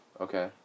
Okay